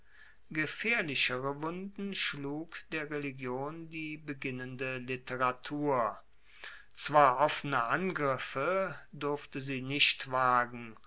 gefaehrlichere wunden schlug der religion die beginnende literatur zwar offene angriffe durfte sie nicht wagen